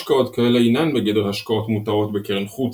השקעות כאלה אינן בגדר השקעות מותרות ב"קרן חוץ"